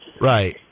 Right